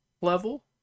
level